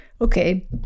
okay